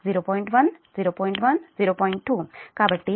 కాబట్టి 0